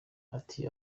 ati